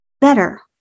better